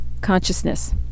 Consciousness